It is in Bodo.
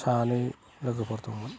सानै लोगोफोर दंमोन